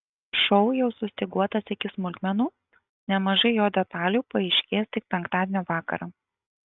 šou jau sustyguotas iki smulkmenų nemažai jo detalių paaiškės tik penktadienio vakarą